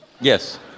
Yes